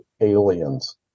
Aliens